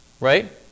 Right